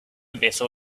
vessel